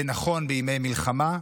זה נכון בימי מלחמה,